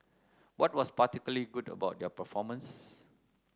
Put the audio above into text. what was particularly good about their performances